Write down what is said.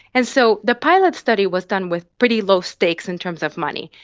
and so the pilot study was done with pretty low stakes in terms of money.